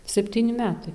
septyni metai